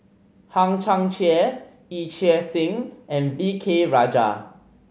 Hang Chang Chieh Yee Chia Hsing and V K Rajah